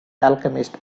alchemist